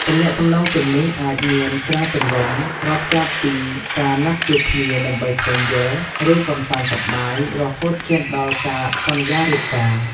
ទំនាក់ទំនងទាំងនេះអាចមានច្រើនទម្រង់ រាប់ចាប់ផ្ដើមពីការណាត់ជួបគ្នាដើម្បីស្វែងយល់ ឬកម្សាន្តសប្បាយ រហូតឈានដល់ការសន្យារៀបការ ។